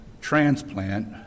transplant